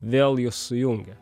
vėl jus sujungia